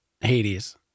Hades